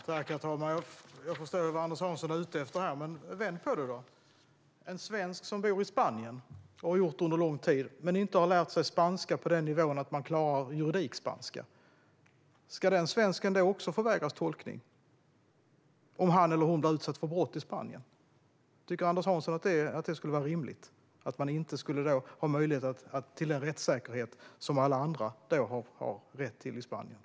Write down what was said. Herr talman! Jag förstår vad Anders Hansson är ute efter här, men vänd på det! Ska en svensk som bor i Spanien och har gjort detta under lång tid men inte har lärt sig spanska på en nivå som innebär att personen klarar juridikspanska också förvägras tolkning om han eller hon blir utsatt för brott i Spanien? Tycker Anders Hansson att detta skulle vara rimligt - att personen inte har möjlighet till en rättssäkerhet som alla andra har rätt till i Spanien?